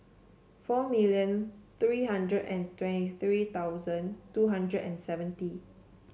four million three hundred and twenty three thousand two hundred and seventy